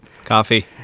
Coffee